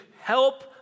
help